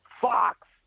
Fox